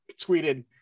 tweeted